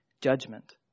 Judgment